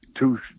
Two